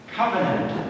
covenant